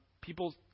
people